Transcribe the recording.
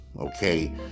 Okay